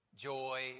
joy